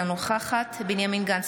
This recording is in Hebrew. אינה נוכחת בנימין גנץ,